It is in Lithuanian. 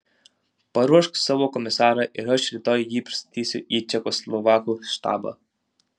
paruošk savo komisarą ir aš rytoj jį pristatysiu į čekoslovakų štabą